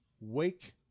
Wake